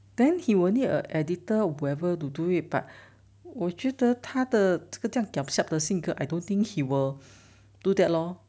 then he will need an editor wherever to do it but 我觉得他的这个这样 giam siap 的性格 I don't think he will do that lor